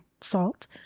salt